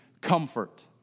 comfort